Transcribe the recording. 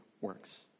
works